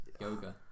Yoga